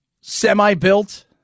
semi-built